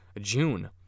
June